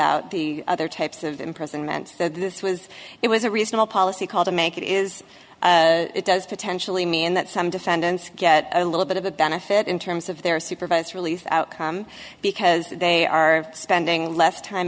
out the other types of imprisonment this was it was a reasonable policy call to make it is it does potentially mean that some defendants get a little bit of a benefit in terms of their supervised release outcome because they are spending less time